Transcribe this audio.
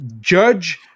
judge